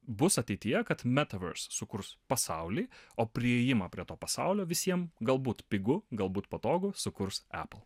bus ateityje kad metaverse sukurs pasaulį o priėjimą prie to pasaulio visiem galbūt pigu galbūt patogų sukurs apple